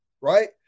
right